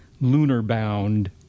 lunar-bound